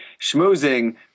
schmoozing